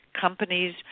Companies